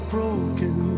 Broken